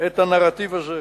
את הנרטיב הזה.